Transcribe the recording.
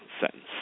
sentence